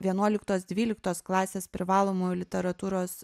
vienuoliktos dvyliktos klasės privalomųjų literatūros